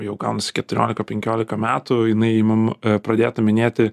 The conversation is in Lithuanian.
jau gaunasi keturiolika penkiolika metų jinai imama pradėta minėti